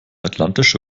atlantische